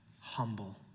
Humble